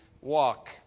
walk